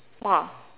!wah!